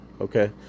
okay